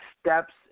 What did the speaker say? steps